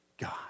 God